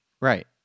right